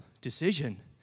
decision